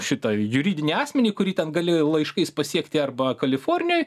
šitą juridinį asmenį kurį ten gali laiškais pasiekti arba kalifornijoj